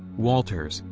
walters,